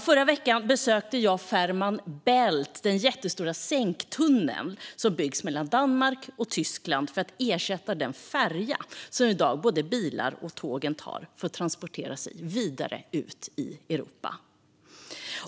I förra veckan besökte jag Fehmarn Bält, den jättestora sänktunnel som byggs mellan Danmark och Tyskland för att ersätta den färja som i dag både bilar och tåg tar för att transportera sig vidare ut i Europa.